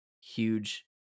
huge